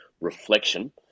reflection